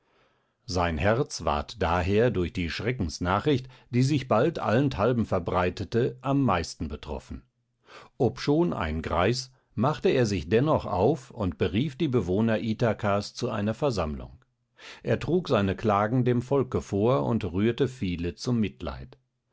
sein herz ward daher durch die schreckensnachricht die sich bald allenthalben verbreitete am meisten getroffen obschon ein greis machte er sich dennoch auf und berief die bewohner ithakas zu einer versammlung er trug seine klagen dem volke vor und rührte viele zum mitleid